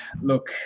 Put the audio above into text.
look